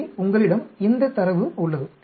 எனவே உங்களிடம் இந்த தரவு உள்ளது